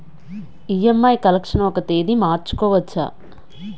EMI collection ఒక తేదీ మార్చుకోవచ్చా?